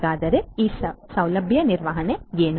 ಹಾಗಾದರೆ ಈ ಸೌಲಭ್ಯ ನಿರ್ವಹಣೆ ಏನು